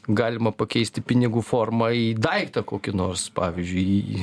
galima pakeisti pinigų formą į daiktą kokį nors pavyzdžiui į